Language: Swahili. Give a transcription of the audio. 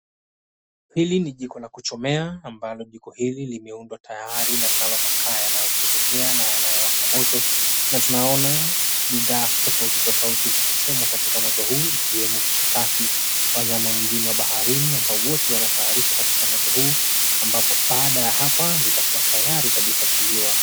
Hili ni jiko la kuchomea ambalo jiko hili limeundwa tayari na linalo makaa yanayoteketea na yanayo waka moto na tunaona bidhaa tofauti tofauti zikichomwa katika moto huu ikiwemo mshikaki wanyama wengine wa baharini ambao wote wana taarishwa katika moto huu ambapo baada ya hapa zitakuwa tayari kabisa kuliwa.